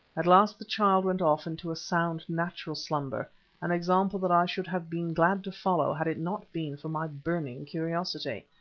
at last the child went off into a sound natural slumber an example that i should have been glad to follow had it not been for my burning curiosity.